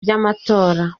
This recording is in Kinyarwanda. by’amatora